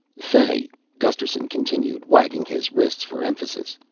fay, gusterson continued, wagging his wrists for emphasis,